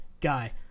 guy